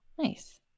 Nice